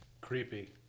creepy